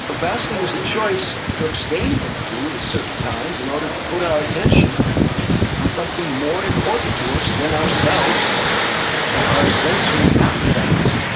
so fasting is a choice to abstain from food at certain times in order to put our attention on something more important to us than ourselves or our sensory appetites.